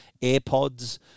AirPods